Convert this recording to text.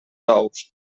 ous